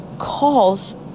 calls